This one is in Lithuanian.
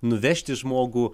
nuvežti žmogų